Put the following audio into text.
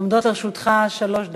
עומדות לרשותך שלוש דקות.